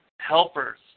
helpers